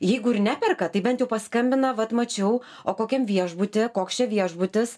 jeigu ir neperka tai bent jau paskambina vat mačiau o kokiam viešbuty koks čia viešbutis